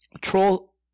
troll